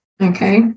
Okay